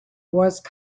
worst